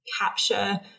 capture